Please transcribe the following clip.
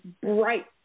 bright